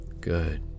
good